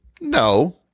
no